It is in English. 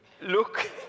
Look